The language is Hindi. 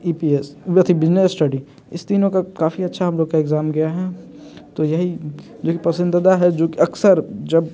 इ पी एस बिजनेस स्टडी इस तीनों का काफ़ी अच्छा हम लोग का एग्जाम गया है तो यही जो कि पसंदीदा है जो कि अक्सर जब